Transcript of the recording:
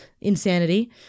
insanity